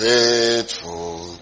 Faithful